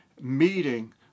meeting